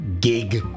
gig